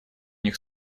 них